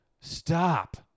Stop